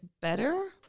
better